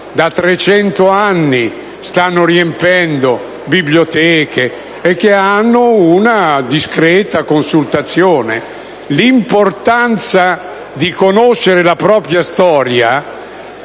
da trecento anni riempiono le biblioteche e che godono di una discreta consultazione. L'importanza di conoscere la propria storia